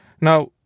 Now